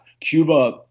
cuba